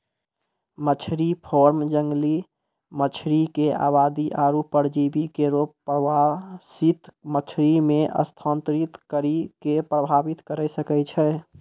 मछरी फार्म जंगली मछरी क आबादी आरु परजीवी केरो प्रवासित मछरी म स्थानांतरित करि कॅ प्रभावित करे सकै छै